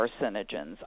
carcinogens